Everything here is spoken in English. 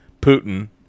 Putin